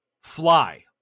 fly